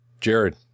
Jared